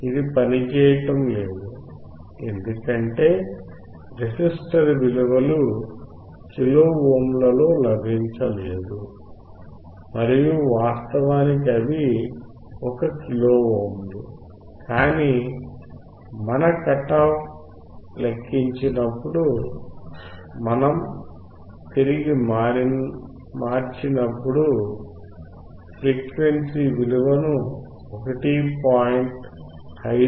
ఇది పనిచేయడం లేదు ఎందుకంటే రెసిస్టర్ విలువలు కిలో ఓమ్ లలో లభించలేదు మరియు వాస్తవానికి అవి 1 కిలో ఓమ్ లు కానీ మన కట్ ఆఫ్ లెక్కించినప్పుడు మనం తిరిగి మారినప్పుడు ఫ్రీక్వెన్సీ విలువను 1